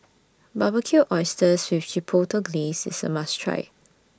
Barbecued Oysters with Chipotle Glaze IS A must Try